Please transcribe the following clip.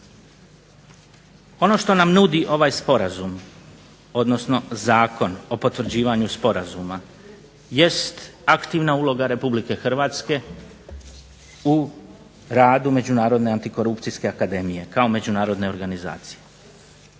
Ono što nam nudi ovaj sporazum odnosno Zakon o potvrđivanju sporazuma jest aktivna uloga Republike Hrvatske u radu međunarodne antikorupcijske akademije kao međunarodne organizacije.